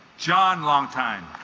john long time